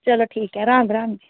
ਚਲੋ ਠੀਕ ਹੈ ਰਾਮ ਰਾਮ ਜੀ